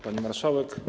Pani Marszałek!